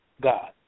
God